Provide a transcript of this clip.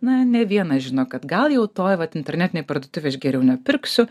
na ne vienas žino kad gal jau toj vat internetinėj parduotuvėj aš geriau nepirksiu